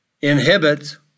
inhibits